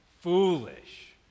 foolish